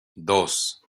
dos